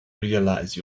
realize